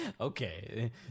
Okay